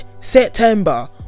september